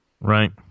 Right